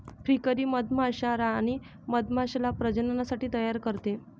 फ्रीकरी मधमाश्या राणी मधमाश्याला प्रजननासाठी तयार करते